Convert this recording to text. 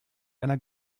einer